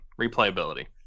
Replayability